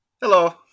hello